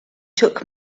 took